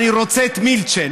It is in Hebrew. אני רוצה את מילצ'ן.